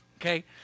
okay